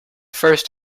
first